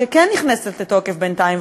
שכן נכנסת לתוקף בינתיים,